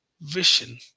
vision